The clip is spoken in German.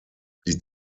die